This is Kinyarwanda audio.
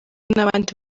n’abandi